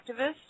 activists